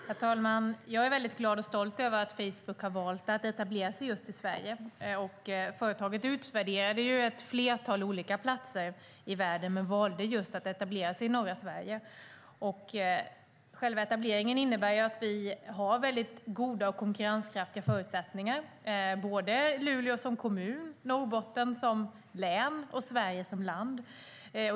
Herr talman! Jag är väldigt glad och stolt över att Facebook har valt att etablera sig just i Sverige. Företaget utvärderade ett flertal olika platser i världen men valde att etablera sig i norra Sverige. Själva etableringen visar att vi har goda och konkurrenskraftiga förutsättningar, Luleå som kommun, Norrbotten som län och Sverige som land.